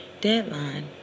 deadline